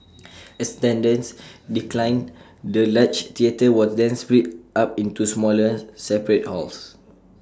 as attendance declined the large theatre was then split up into smaller separate halls